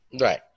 Right